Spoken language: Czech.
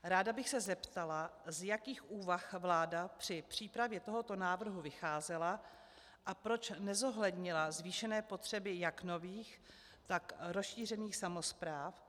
Ráda bych se zeptala, z jakých úvah vláda při přípravě tohoto návrhu vycházela a proč nezohlednila zvýšené potřeby jak nových, tak rozšířených samospráv.